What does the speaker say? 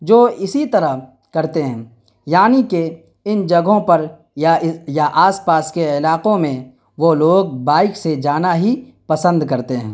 جو اسی طرح کرتے ہیں یعنی کہ ان جگہوں پر یا آس پاس کے علاقوں میں وہ لوگ بائک سے جانا ہی پسند کرتے ہیں